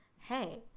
Hey